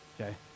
Okay